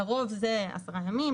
לרוב זה עשרה ימים,